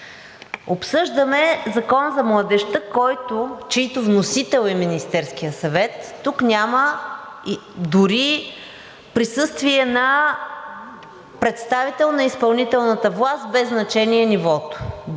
Обсъждаме Закон за младежта, чийто вносител е Министерският съвет, тук няма дори присъствие на представител на изпълнителната власт, без значение нивото.